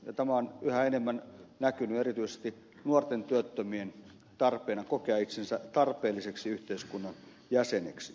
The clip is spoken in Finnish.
tämä on yhä enemmän näkynyt erityisesti nuorten työttömien tarpeena kokea itsensä tarpeellisiksi yhteiskunnan jäseniksi